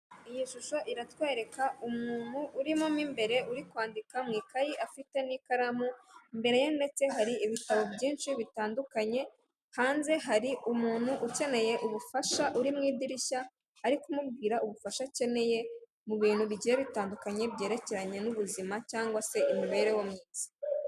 Iyi shusho iratwereka umuntu urimo mo imbere uri kwandika mu ikayi afite n'ikaramu imbere ye ndetse hari ibitabo byinshi bitandukanye hanze hari umuntu ukeneye ubufasha uri mu idirisha ari kumubwira ubufasha akeneye mu bintu bigiye bitandukanye byerekeranye n'ubuzima cyangwa se imibereho myiza.